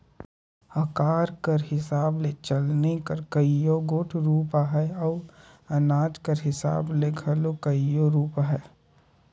अकार कर हिसाब ले चलनी कर कइयो गोट रूप अहे अउ अनाज कर हिसाब ले घलो कइयो रूप अहे